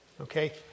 Okay